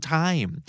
time